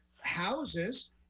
houses